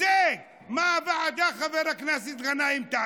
מה הוועדה תעשה, חבר הכנסת גנאים?